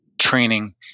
training